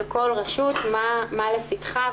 של כל רשות מה לפתחה.